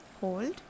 hold